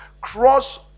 Cross